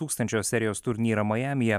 tūkstančio serijos turnyrą majamyje